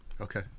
Okay